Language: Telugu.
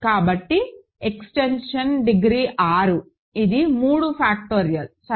కాబట్టి మరియు ఎక్స్టెన్షన్ డిగ్రీ 6 ఇది 3 ఫాక్టోరియల్ సరే